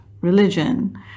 religion